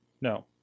No